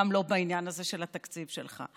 גם לא בעניין הזה של התקציב שלך.